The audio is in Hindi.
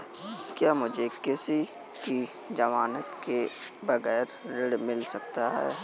क्या मुझे किसी की ज़मानत के बगैर ऋण मिल सकता है?